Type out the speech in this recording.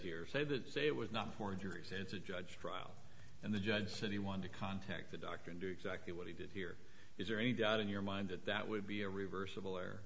here say that say it was not for your ears it's a judge trial and the judge said he wanted to contact the doctor and do exactly what he did here is there any doubt in your mind that that would be a reversible er